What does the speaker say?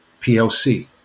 PLC